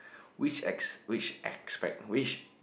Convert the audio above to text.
which ex~ which expect which